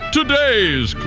Today's